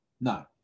No